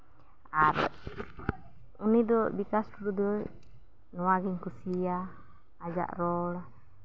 ᱟᱨ ᱩᱱᱤ ᱫᱚ ᱵᱤᱠᱟᱥ ᱴᱩᱰᱩ ᱫᱚ ᱱᱚᱣᱟ ᱜᱮᱧ ᱠᱩᱥᱤᱣᱟᱭᱟ ᱟᱡᱟᱜ ᱨᱚᱲ